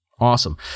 Awesome